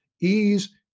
Ease